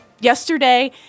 Yesterday